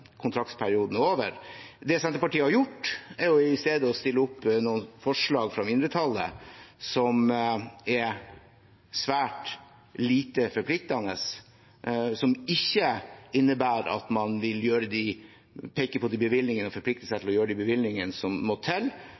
kontraktsperioden er over. Det Senterpartiet har gjort, er i stedet å stille opp noen mindretallsforslag som er svært lite forpliktende, som ikke innebærer at man vil peke på bevilgningene og forplikte seg til å gjøre de bevilgningene som må til